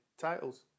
titles